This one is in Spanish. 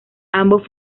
ambos